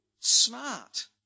smart